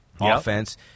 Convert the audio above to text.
offense